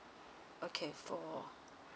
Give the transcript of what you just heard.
okay for